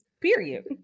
Period